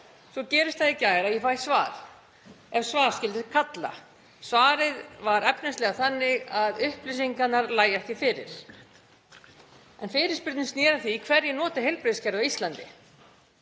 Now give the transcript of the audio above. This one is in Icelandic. Svo gerist það í gær að ég fæ svar, ef svar skyldi kalla. Svarið var efnislega þannig að upplýsingarnar lægju ekki fyrir. Fyrirspurnin sneri að því hverjir nota heilbrigðiskerfið á Íslandi.